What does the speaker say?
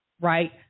right